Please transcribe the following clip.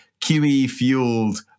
QE-fueled